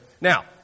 Now